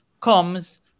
comes